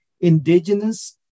indigenous